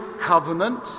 covenant